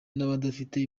n’abafite